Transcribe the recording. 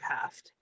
half